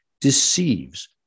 deceives